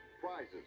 prizes